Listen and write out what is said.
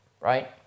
right